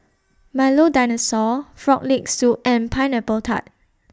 Milo Dinosaur Frog Leg Soup and Pineapple Tart